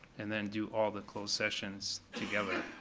and then do all the closed sessions together.